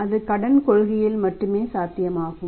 அது கடன் கொள்கையில் மட்டுமே சாத்தியமாகும்